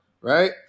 right